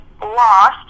lost